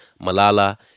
Malala